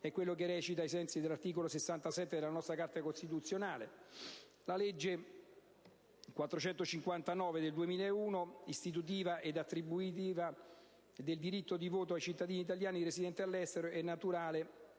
mandato», recita l'articolo 67 della nostra Carta costituzionale, e la legge n. 459 del 2001, istitutiva ed attributiva del diritto di voto ai cittadini italiani residenti all'estero, è la naturale